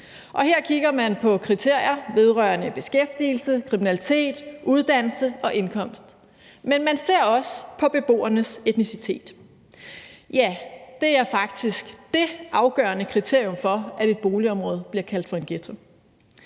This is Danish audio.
her kigger man på kriterier vedrørende beskæftigelse, kriminalitet, uddannelse og indkomst, men man ser også på beboernes etnicitet. Ja, det er faktisk det afgørende kriterium for, at et boligområde bliver kaldt for en ghetto,